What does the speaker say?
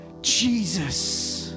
Jesus